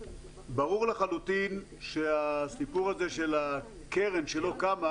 ברור לחלוטין שהסיפור הזה של הקרן שלא קמה